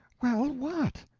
well, what?